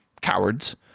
Cowards